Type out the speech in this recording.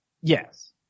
Yes